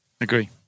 Agree